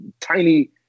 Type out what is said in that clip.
tiny